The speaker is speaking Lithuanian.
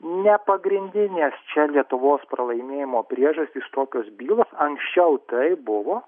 nepagrindinės čia lietuvos pralaimėjimo priežastys tokios bylos anksčiau taip buvo